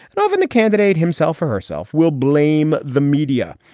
and often the candidate himself or herself, will blame the media.